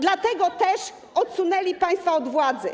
Dlatego też odsunęli państwa od władzy.